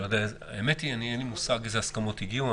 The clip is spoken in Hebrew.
אין לי מושג לאיזה הסכמות הגיעו.